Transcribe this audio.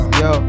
yo